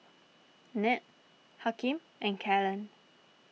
Ned Hakeem and Kalen